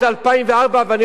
ואני רוצה שאת תשמעי,